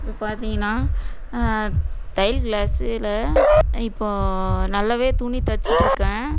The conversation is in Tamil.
இப்போ பார்த்தீங்கன்னா தையல் க்ளாஸ்ஸில் இப்போ நல்லாவே துணி தச்சிட்டுருக்கேன்